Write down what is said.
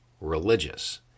religious